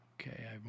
Okay